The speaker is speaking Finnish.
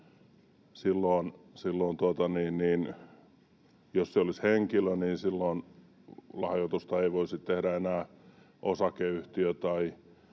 jos se olisi henkilö, lahjoitusta ei voisi tehdä enää osakeyhtiö tai